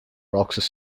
roxas